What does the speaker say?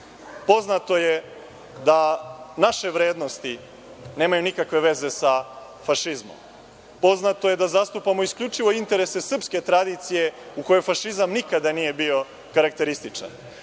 Poznato je da naše vrednosti nemaju nikakve veze sa fašizmom. Poznato je da zastupamo isključivo interese srpske tradicije u kojoj fašizam nikada nije bio karakterističan. Ako